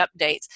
updates